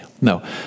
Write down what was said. No